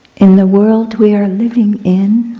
in the world we are living in,